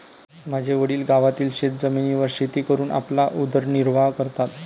माझे वडील गावातील शेतजमिनीवर शेती करून आपला उदरनिर्वाह करतात